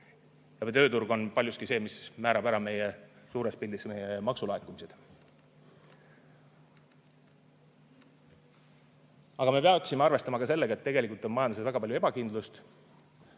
Tööturg on paljuski see, mis määrab ära suures pildis meie maksulaekumised. Aga me peaksime arvestama ka sellega, et tegelikult on majanduses väga palju ebakindlust,